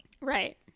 Right